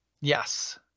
Yes